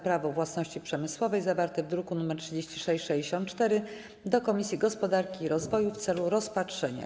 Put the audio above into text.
Prawo własności przemysłowej, zawarty w druku nr 3664, do Komisji Gospodarki i Rozwoju w celu rozpatrzenia.